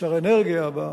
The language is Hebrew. שר האנרגיה הבא,